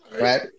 right